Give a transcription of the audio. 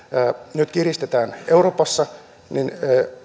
nyt kiristetään euroopassa niin